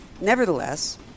Nevertheless